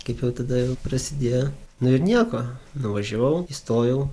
kaip jau tada ir prasidėjo nu ir nieko nuvažiavau įstojau